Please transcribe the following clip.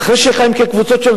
ואחרי שחיים כקבוצות שונות,